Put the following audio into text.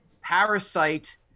Parasite